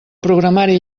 programari